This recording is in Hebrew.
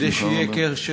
בשמחה רבה.